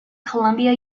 columbia